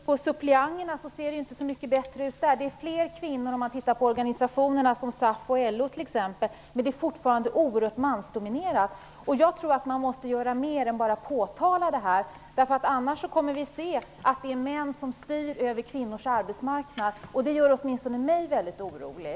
Herr talman! Om man tittar på suppleanterna ser det ju inte så mycket bättre ut där. Det är fler kvinnor om man tittar på organisationerna, som SAF och LO, men det är fortfarande oerhört mansdominerat. Jag tror att man måste göra mer än att bara påtala detta. Annars kommer vi att se att det är män som styr över kvinnors arbetsmarknad. Det gör åtminstone mig väldigt orolig.